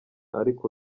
ariko